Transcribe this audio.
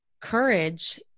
courage